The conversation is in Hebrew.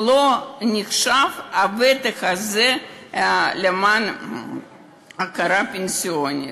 הוותק הזה לא נחשב למען הכרה פנסיונית?